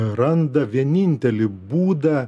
randa vienintelį būdą